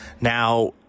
Now